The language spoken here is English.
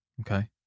okay